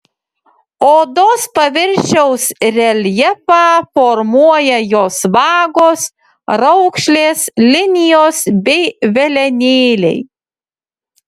odos paviršiaus reljefą formuoja jos vagos raukšlės linijos bei velenėliai